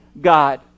God